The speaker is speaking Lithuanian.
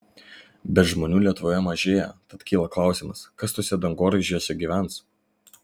bet žmonių lietuvoje mažėja tad kyla klausimas kas tuose dangoraižiuose gyvens